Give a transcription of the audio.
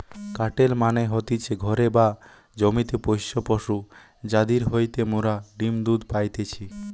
কাটেল মানে হতিছে ঘরে বা জমিতে পোষ্য পশু যাদির হইতে মোরা ডিম্ দুধ পাইতেছি